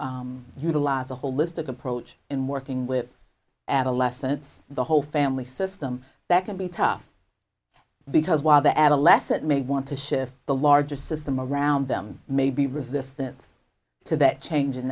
you utilize a holistic approach in working with adolescents the whole family system that can be tough because while the adolescent may want to shift the larger system around them may be resistance to that change in